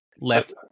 left